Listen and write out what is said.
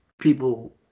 people